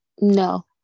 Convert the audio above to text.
no